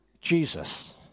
Jesus